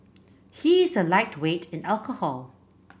he is a lightweight in alcohol